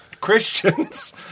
Christians